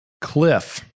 cliff